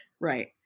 Right